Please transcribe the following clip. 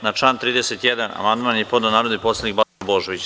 Na član 31. amandman je podneo narodni poslanik Balša Božović.